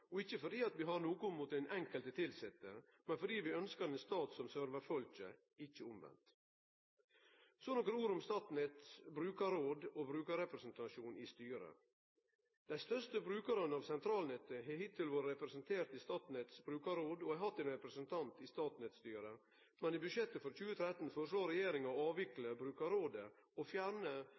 av, ikkje fordi vi har noko imot den enkelte tilsette, men fordi vi ynskjer ein stat som sørvar folk – ikkje omvendt. Så nokre ord om Statnetts brukarråd og brukarrepresentasjonen i styret: Dei største brukarane av sentralnettet har hittil vore representerte i Statnetts brukarråd og har hatt ein representant i Statnetts styre, men i budsjettet for 2013 foreslår regjeringa å avvikle brukarrådet og fjerne